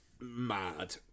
mad